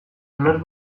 nork